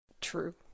true